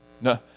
No